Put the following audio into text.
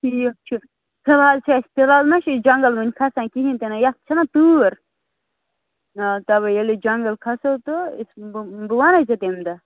ٹھیٖک چھُ فِلحال چھِ اَسہِ فِلحال ما چھِ أسۍ جنٛگل وُنہِ کھسان کِہیٖنٛۍ تہِ نہٕ یَتھ چھِنا تۭر نہَ حظ تَوَے ییٚلہِ جنٛگَل کھسو تہٕ أسۍ بہٕ بہٕ وَنَے ژےٚ تَمہِ دۄہ